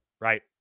right